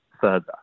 further